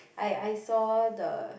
I I saw the